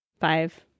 five